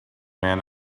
man